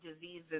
diseases